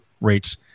rates